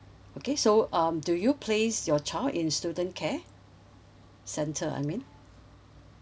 okay so um do you place your child in student care center I mean